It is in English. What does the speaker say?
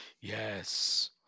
yes